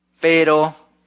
pero